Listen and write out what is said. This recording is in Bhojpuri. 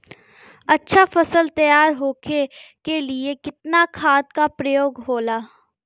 अच्छा फसल तैयार होके के लिए कितना खाद के प्रयोग होला?